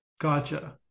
gotcha